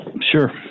Sure